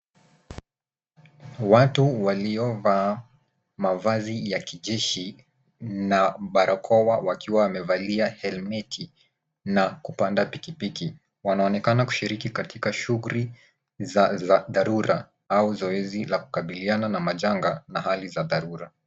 Watu waliovaa mavazi ya kijeshi na barakoa wakiwa wamevalia helmeti na kupanda pikipiki. Wanaonekana kushiriki katika shughuli za dharura au zoezi la kukabiliana na majanga na hali za dharura.